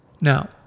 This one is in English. Now